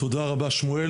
תודה רבה שמואל,